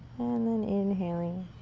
and then inhaling,